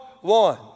One